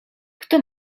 kto